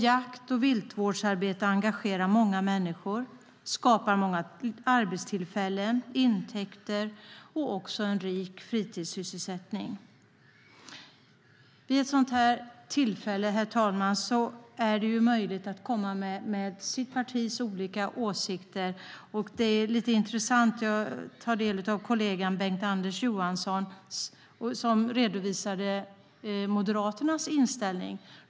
Jakt och viltvårdsarbete engagerar många människor och skapar arbetstillfällen, intäkter och en rik fritid. Herr talman! Vid ett sådant här tillfälle är det möjligt att framföra sitt partis olika åsikter. Jag tog del av kollegan Bengt-Anders Johanssons anförande där han redovisade Moderaternas inställning.